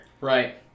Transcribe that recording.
Right